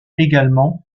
également